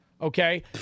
Okay